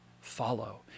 follow